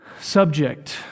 subject